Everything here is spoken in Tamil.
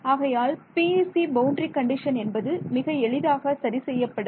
ஆகையால் PEC பவுண்டரி கண்டிஷன் என்பது மிக எளிதாக சரி செய்யப்படும்